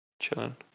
chilling